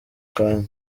kanya